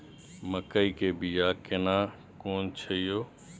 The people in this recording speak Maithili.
मकई के बिया केना कोन छै यो?